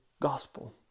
gospel